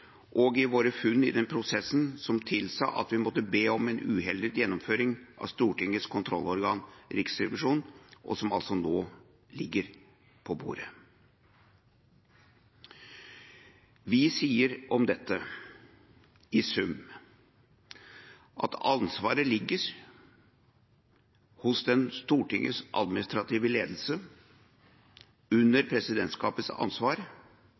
budsjettbehandlingen, og våre funn i den prosessen tilsa at vi måtte be om en uhildet gjennomgang fra Stortingets kontrollorgan, Riksrevisjonen, som altså nå ligger på bordet. Vi sier om dette i sum at ansvaret ligger hos Stortingets administrative ledelse, under presidentskapets ansvar